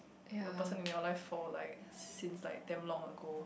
a person in your life for like since like damn long ago